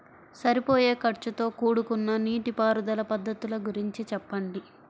సరిపోయే ఖర్చుతో కూడుకున్న నీటిపారుదల పద్ధతుల గురించి చెప్పండి?